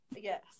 yes